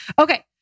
Okay